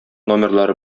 номерлары